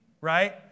right